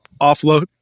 offload